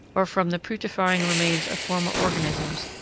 or from the putrefying remains of former organisms,